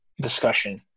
discussion